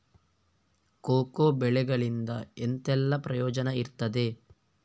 Cocoa ಬೆಳೆಗಳಿಂದ ಎಂತೆಲ್ಲ ಪ್ರಯೋಜನ ಇರ್ತದೆ?